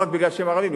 לא רק כי הם ערבים,